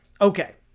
Okay